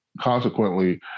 consequently